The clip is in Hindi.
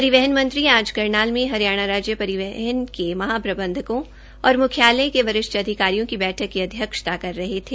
परिवहन मंत्री आज करनाल में हरियाणा राज्य परिवहन के महाप्रबंधकों और मुख्यालय के वरिष्ठ अधिकारियों की बैठक की अध्यक्षता कर रहे थे